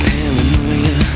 Paranoia